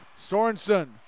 Sorensen